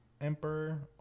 Emperor